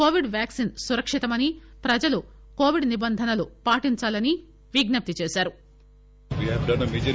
Covid vaccine సురక్షితమని ప్రజలు covid నిబంధనలు పాటించాలని విజ్లప్తి చేశారు